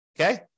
okay